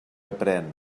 aprén